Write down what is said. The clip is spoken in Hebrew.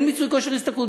אין מיצוי כושר השתכרות.